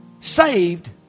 saved